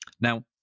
Now